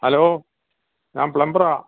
hello ഞാൻ പ്ലംബറാണ്